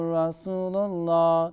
Rasulullah